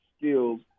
skills